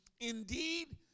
indeed